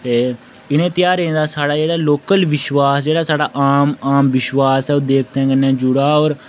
ते इ'नें ध्यारें दा साढ़ा जेह्ड़ा लोकल विश्वास जेह्ड़ा साढ़ा आम आम विश्वास ऐ ओह् देवतें कन्नै जुड़े दा होर